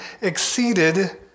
exceeded